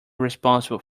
responsible